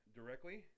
directly